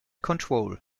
control